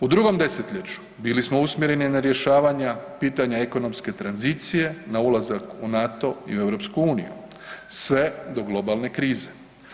U drugom desetljeću bili smo usmjereni na rješavanja pitanja ekonomske tranzicije na ulazak u NATO i EU, sve do globalne krize.